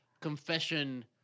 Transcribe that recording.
confession